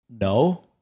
no